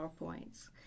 PowerPoints